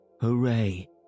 Hooray